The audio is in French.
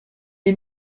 est